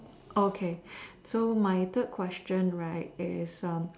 okay so my third question right is um